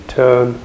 turn